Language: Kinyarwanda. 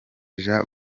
jean